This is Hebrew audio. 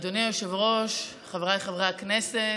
אדוני היושב-ראש, חבריי חברי הכנסת,